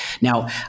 Now